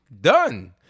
done